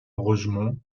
rogemont